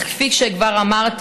אך כפי שכבר אמרתי,